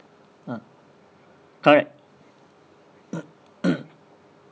ah correct